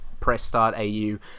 PressStartAU